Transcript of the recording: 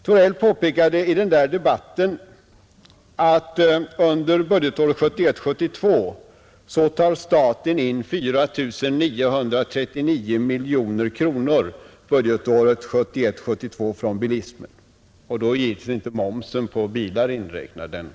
Torell påpekade i debatten att under budgetåret 1971/72 tar staten in 4 939 miljoner kronor från bilismen — då är givetvis inte momsen på bilar inräknad.